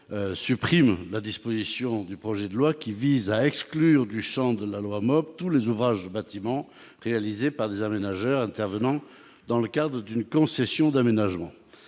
supprimer la disposition du projet de loi qui exclut du champ de la loi MOP tous les ouvrages ou bâtiments réalisés par des aménageurs intervenant dans le cadre d'une concession d'aménagement.